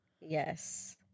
yes